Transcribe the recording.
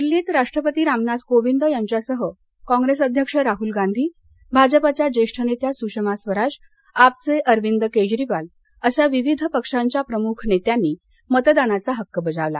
दिल्लीत राष्ट्रपती रामनाथ कोविंद यांच्यासह काँग्रेस अध्यक्ष राहल गांधी भाजपाच्या ज्येष्ठ नेत्या सृषमा स्वराज आपचे अरविंद केजरीवाल अशा विविध पक्षांच्या प्रमुख नेत्यांनी मतदानाचा हक्क बजावला